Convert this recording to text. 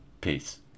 Peace